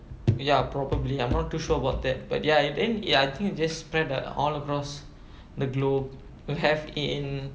ya probably I'm not too sure about that but ya it then ya I think it just spread out all across the globe will have it in